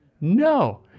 No